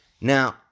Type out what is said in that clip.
Now